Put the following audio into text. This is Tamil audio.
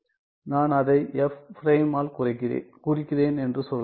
நான் அதை f பிரைமால் குறிக்கிறேன் என்று சொல்லலாம்